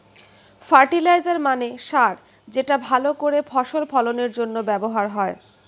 fertiliser মানে সার যেটা ভালো করে ফসল ফলনের জন্য ব্যবহার হয়